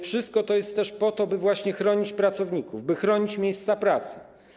Wszystko to jest też po to, by właśnie chronić pracowników, by chronić miejsca pracy.